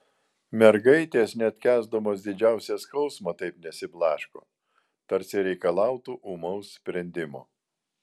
mergaitės net kęsdamos didžiausią skausmą taip nesiblaško tarsi reikalautų ūmaus sprendimo